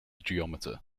geometer